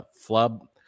flub